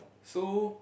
so